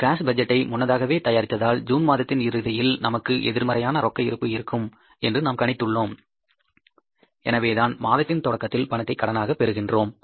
இந்த காஸ் பட்ஜெட்டை முன்னதாகவே தயாரித்ததால் ஜூன் மாதத்தின் இறுதியில் நமக்கு எதிர்மறையான ரொக்க இருப்பு இருக்கும் என்று நாம் கணித்து உள்ளோம் எனவேதான் மாதத்தின் தொடக்கத்தில் பணத்தை கடனாக பெறுகின்றோம்